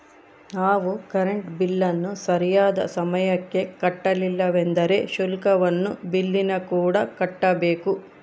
ನಾವು ಕರೆಂಟ್ ಬಿಲ್ಲನ್ನು ಸರಿಯಾದ ಸಮಯಕ್ಕೆ ಕಟ್ಟಲಿಲ್ಲವೆಂದರೆ ಶುಲ್ಕವನ್ನು ಬಿಲ್ಲಿನಕೂಡ ಕಟ್ಟಬೇಕು